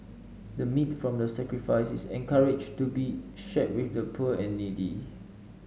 the meat from the sacrifice is encouraged to be shared with the poor and needy